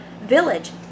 village